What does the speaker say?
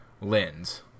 lens